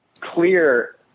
clear